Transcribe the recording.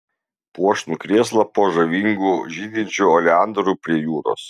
puošnų krėslą po žavingu žydinčiu oleandru prie jūros